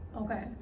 Okay